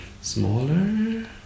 smaller